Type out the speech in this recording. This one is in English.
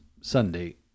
Sunday